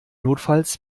notfalls